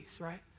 right